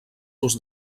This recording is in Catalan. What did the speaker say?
seus